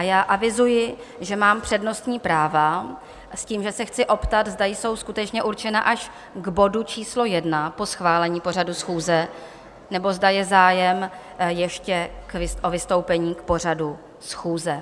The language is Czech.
Já avizuji, že mám přednostní práva, s tím, že se chci optat, zda jsou skutečně určena až k bodu číslo 1 po schválení pořadu schůze, nebo zda je zájem ještě o vystoupení k pořadu schůze?